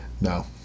No